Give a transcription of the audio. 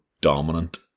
dominant